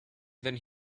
then